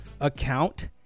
account